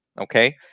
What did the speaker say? okay